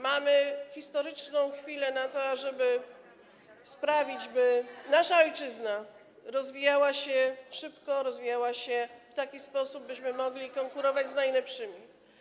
Mamy historyczną chwilę na to, ażeby sprawić, by nasza ojczyzna rozwijała się szybko, rozwijała się w taki sposób, byśmy mogli konkurować z najlepszymi.